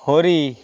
হর